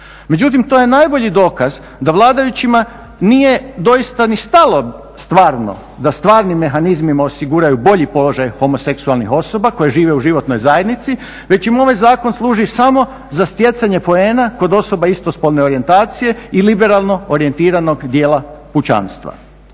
Međutim, to je najbolji dokaz da vladajućima nije doista ni stalo stvarno da stvarnim mehanizmima osiguraju bolji položaj homoseksualnih osoba koje žive u životnoj zajednici već im ovaj zakon služi samo za stjecanje poena kod osoba istospolne orijentacije i liberalno orijentiranog dijela pučanstva.